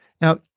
Now